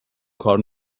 کار